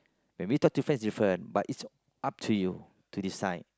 maybe talk to friends different but it's up to you to decide